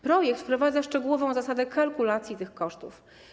Projekt wprowadza szczegółową zasadę kalkulacji tych kosztów.